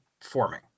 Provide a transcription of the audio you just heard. forming